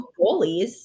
goalies